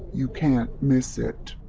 you can't miss it.